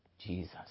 Jesus